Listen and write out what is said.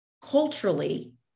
culturally